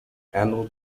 annual